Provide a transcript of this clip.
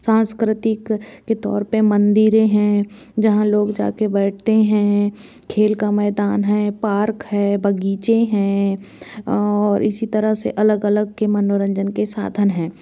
सांस्कृतिक के तौर पर मंदिर हैं जहाँ लोग जाके बैठते हैं खेल का मैदान है पार्क है बगीचे हैं और इसी तरह से अलग अलग के मनोरंजन के साधन हैं